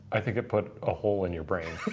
i think it put a hole in your brain.